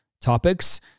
topics